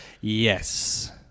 Yes